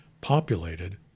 populated